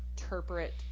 interpret